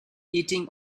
eating